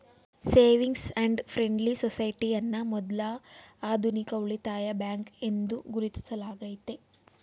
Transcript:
savings and friendly society ಅನ್ನ ಮೊದ್ಲ ಆಧುನಿಕ ಉಳಿತಾಯ ಬ್ಯಾಂಕ್ ಎಂದು ಗುರುತಿಸಲಾಗೈತೆ